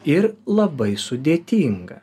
ir labai sudėtinga